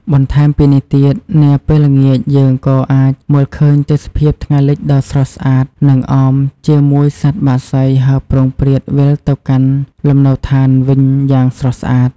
បន្ថែមពីនេះទៀត នាពេលល្ងាចយើងក៏អាចមើលឃើញទេសភាពថ្ងៃលិចដ៏ស្រស់ស្អាតនិងអបជាមួយសត្វបក្សីហើរព្រោងព្រាតវិលទៅកាន់លំនៅឋានវិញយ៉ាងស្រស់ស្អាត។